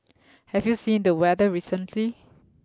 have you seen the weather recently